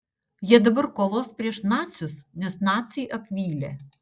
jie dabar kovos prieš nacius nes naciai apvylė